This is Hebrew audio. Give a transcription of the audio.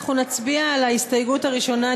אנחנו נצביע על ההסתייגות הראשונה,